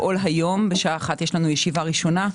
ב-13:00 יש לנו ישיבה ראשונה.